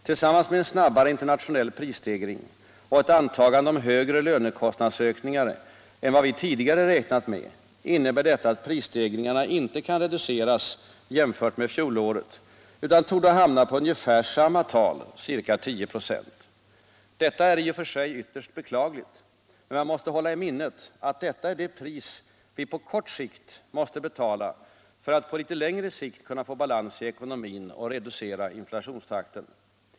Tillsammans med en snabbare internationell prisstegring och ett antagande om högre lönekostnadsökningar än vad vi tidigare räknat med innebär detta att prisstegringarna inte kan reduceras jämfört med fjolåret, utan torde hamna på ungefär samma tal, ca 10 96. Detta är i och för sig ytterst beklagligt, men man måste hålla i minnet att detta är det pris vi på kort sikt måste betala för att på litet längre sikt kunna få balans i ekonomin och reducera inflationstakten.